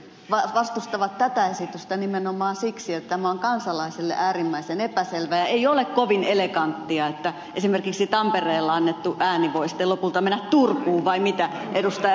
sosialidemokraatit vastustavat tätä esitystä nimenomaan siksi että tämä on kansalaisille äärimmäisen epäselvä ja ei ole kovin eleganttia että esimerkiksi tampereella annettu ääni voi sitten lopulta mennä turkuun vai mitä ed